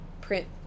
print